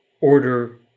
order